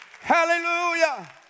Hallelujah